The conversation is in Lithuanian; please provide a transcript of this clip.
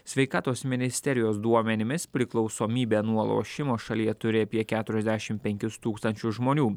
sveikatos ministerijos duomenimis priklausomybę nuo lošimo šalyje turi apie keturiasdešim penkis tūkstančius žmonių